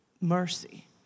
mercy